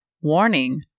Warning